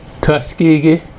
Tuskegee